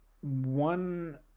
one